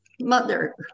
mother